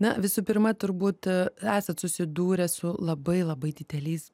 na visų pirma turbūt esat susidūrę su labai labai dideliais